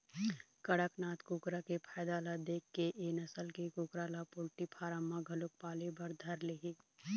कड़कनाथ कुकरा के फायदा ल देखके ए नसल के कुकरा ल पोल्टी फारम म घलोक पाले बर धर ले हे